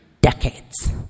decades